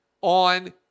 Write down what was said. on